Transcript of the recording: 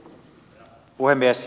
herra puhemies